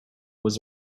was